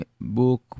book